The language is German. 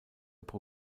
pro